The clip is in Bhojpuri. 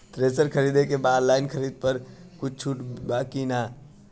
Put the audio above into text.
थ्रेसर खरीदे के बा ऑनलाइन खरीद पर कुछ छूट बा कि न?